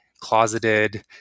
closeted